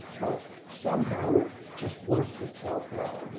but somehow it just works itself out.